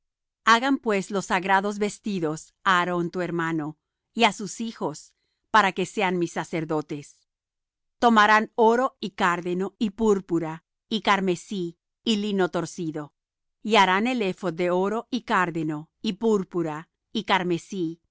hagan pues los sagrados vestidos á aarón tu hermano y á sus hijos para que sean mis sacerdotes tomarán oro y cárdeno y púrpura y carmesí y lino torcido y harán el ephod de oro y cárdeno y púrpura y carmesí